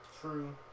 True